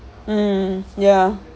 mm ya